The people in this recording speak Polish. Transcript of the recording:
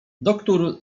doktór